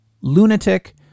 lunatic